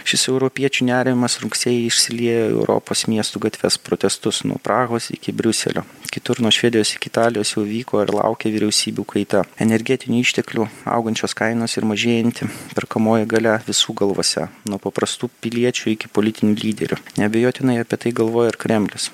šis europiečių nerimas rugsėjį išsiliejo į europos miestų gatves protestus nuo prahos iki briuselio kitur nuo švedijos iki italijos jau vyko ir laukė vyriausybių kaita energetinių išteklių augančios kainos ir mažėjanti perkamoji galia visų galvose nuo paprastų piliečių iki politinių lyderių neabejotinai apie tai galvoja ir kremlius